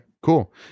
Cool